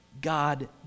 God